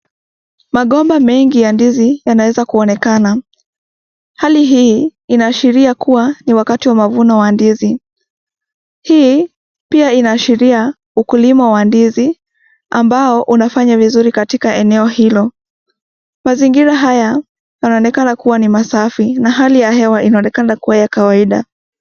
Magomba mengi ya ndizi yanaweza kuonekana .Hali hii inaashiria kuwa ni wakati wa mavuno wa ndizi. Hii pia inaashiria ukulima wa ndizi ambao unafanya vizuri katika eneo hilo. Mazingira haya yanaonekana kuwa ni masafi na hali ya hewa inaonekana kuwa ya kawaida.